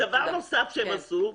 דבר נוסף שהם עשו.